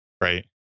right